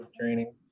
training